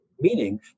meaning